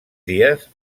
dies